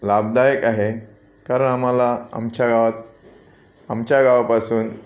लाभदायक आहे कारण आम्हाला आमच्या गावात आमच्या गावापासून